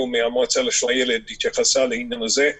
מהמועצה לשלום הילד התייחסה לעניין הזה.